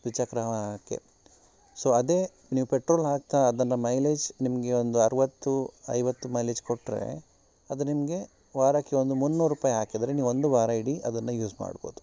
ದ್ವಿಚಕ್ರ ವಾಹನಕ್ಕೆ ಸೊ ಅದೇ ನೀವು ಪೆಟ್ರೋಲ್ ಹಾಕ್ತಾ ಅದನ್ನು ಮೈಲೇಜ್ ನಿಮಗೆ ಒಂದು ಅರವತ್ತು ಐವತ್ತು ಮೈಲೇಜ್ ಕೊಟ್ಟರೆ ಅದು ನಿಮಗೆ ವಾರಕ್ಕೆ ಒಂದು ಮುನ್ನೂರು ರೂಪಾಯಿ ಹಾಕಿದ್ರೆ ನೀವು ಒಂದು ವಾರ ಇಡೀ ಅದನ್ನು ಯೂಸ್ ಮಾಡ್ಬಹುದು